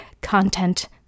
content